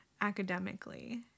academically